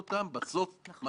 היא חקרה,